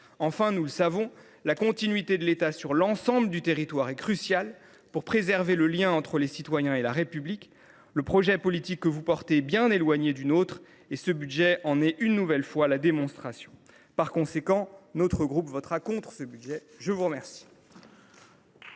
Enfin, nous le savons, la continuité de l’État sur l’ensemble du territoire est cruciale pour préserver le lien entre les citoyens et la République. Le projet politique que vous défendez est bien éloigné du nôtre ; ce budget en est une nouvelle démonstration. Par conséquent, le groupe CRCE K votera contre l’adoption des crédits